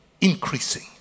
increasing